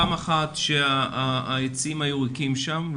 פעם אחת שהיציעים היו ריקים שם.